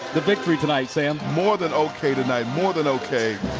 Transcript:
the victory tonight, sam. more than okay tonight. more than okay.